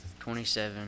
27